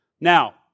Now